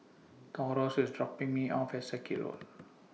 Taurus IS dropping Me off At Circuit Road